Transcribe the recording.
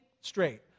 straight